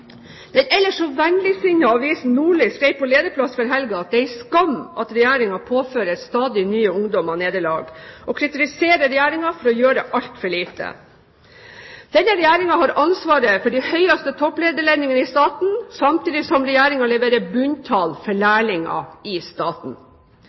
ellers så vennligsinnede avisen Nordlys skrev på lederplass før helgen at det er en skam at Regjeringen påfører stadig nye ungdommer nederlag, og avisen kritiserer Regjeringen for å gjøre altfor lite. Denne regjeringen har ansvaret for de høyeste topplederlønningene i staten – samtidig som Regjeringen leverer bunntall for